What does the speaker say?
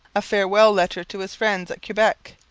a farewell letter to his friends at quebec.